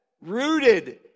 Rooted